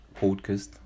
podcast